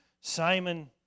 Simon